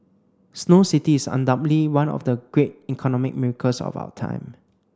Snow City is undoubtedly one of the great economic miracles of our time